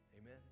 Amen